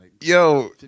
Yo